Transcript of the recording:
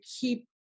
keep